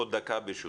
עוד דקה ברשותך.